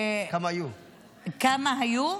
כמה היו?